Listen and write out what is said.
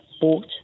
bought